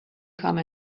come